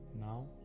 Now